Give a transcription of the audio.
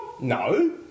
No